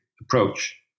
approach